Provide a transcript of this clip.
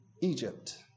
Egypt